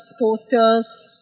posters